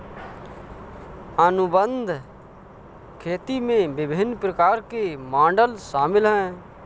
अनुबंध खेती में विभिन्न प्रकार के मॉडल शामिल हैं